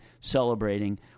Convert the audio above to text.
celebrating